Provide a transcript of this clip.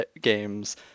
games